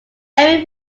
very